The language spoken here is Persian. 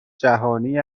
جهانی